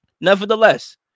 Nevertheless